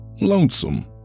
lonesome